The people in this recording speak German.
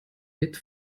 mit